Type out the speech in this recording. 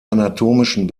anatomischen